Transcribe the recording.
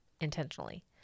intentionally